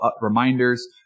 reminders